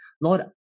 Lord